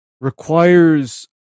requires